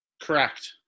Correct